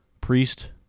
Priest